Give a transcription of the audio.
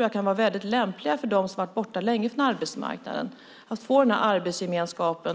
De kan vara väldigt lämpliga för dem som har varit borta från arbetsmarknaden för att de ska få arbetsgemenskap,